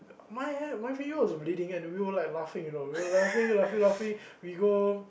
my hand my finger was bleeding and we were like laughing you know we were laughing laughing laughing we go